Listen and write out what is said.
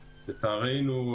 לצערנו,